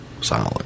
solid